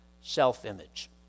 self-image